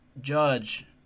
judge